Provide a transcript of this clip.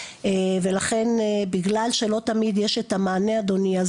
ולכן בגלל שלא תמיד יש את המענה אדוני,